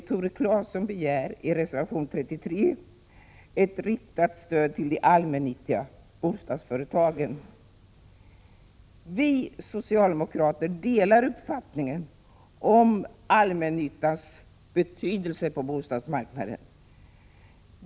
Tore Claeson begär i reservation 33 ett riktat stöd till de allmännyttiga bostadsföretagen. Vi socialdemokrater delar uppfattningen om allmännyttans betydelse på bostadsmarknaden.